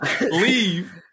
Leave